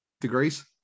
degrees